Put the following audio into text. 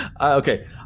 Okay